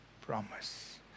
promise